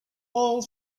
all